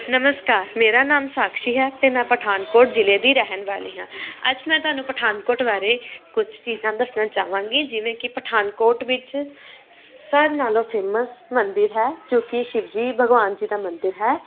ਨਮਸਕਾਰ ਮੇਰਾ ਨਾਮ ਸਾਕਸ਼ੀ ਹੈ ਤੇ ਮੈਂ ਪਠਾਨਕੋਟ ਜ਼ਿਲ੍ਹੇ ਦੀ ਰਹਿਣ ਵਾਲੀ ਹਾਂ ਅੱਜ ਮੈਂ ਤੁਹਾਨੂੰ ਪਠਾਨਕੋਟ ਬਾਰੇ ਕੁਝ ਚੀਜ਼ਾਂ ਦੱਸਣਾ ਚਾਹਵਾਂਗੀ ਜਿਵੇਂ ਕਿ ਪਠਾਨਕੋਟ ਵਿੱਚ ਸਰ ਨਾਲੋਂ ਫੇਮਸ ਮੰਦਿਰ ਹੈ ਜੋ ਕਿ ਸ਼ਿਵਜੀ ਭਗਵਾਨ ਜੀ ਦਾ ਮੰਦਿਰ ਹੈ